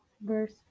verse